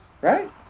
Right